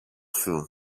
σου